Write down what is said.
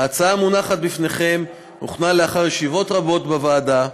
ההצעה המונחת לפניכם הוכנה לאחר ישיבות רבות בוועדה,